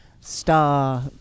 star